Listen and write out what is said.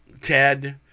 Ted